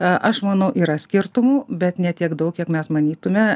a aš manau yra skirtumų bet ne tiek daug kiek mes manytume